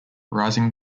rising